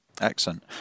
excellent